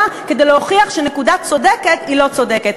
כדי להוכיח שנקודה צודקת היא לא צודקת.